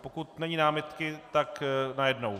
Pokud není námitky, tak najednou.